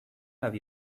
have